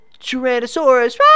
Tyrannosaurus